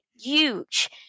Huge